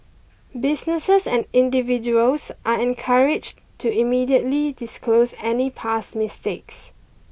businesses and individuals are encouraged to immediately disclose any past mistakes